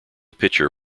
pitcher